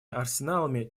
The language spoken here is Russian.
арсеналами